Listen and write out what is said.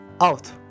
out